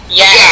yes